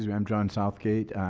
yeah i'm john southgate.